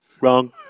wrong